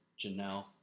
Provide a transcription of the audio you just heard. Janelle